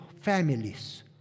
families